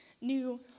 new